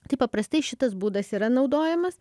tai paprastai šitas būdas yra naudojamas